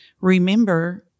Remember